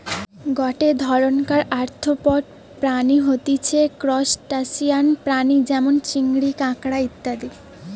গটে ধরণকার আর্থ্রোপড প্রাণী হতিছে ত্রুসটাসিয়ান প্রাণী যেমন চিংড়ি, কাঁকড়া ইত্যাদি